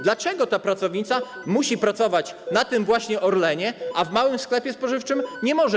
Dlaczego ta pracownica musi pracować na tym Orlenie, a w małym sklepie spożywczym nie może?